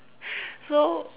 so